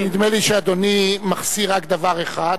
נדמה לי שאדוני מחסיר רק דבר אחד,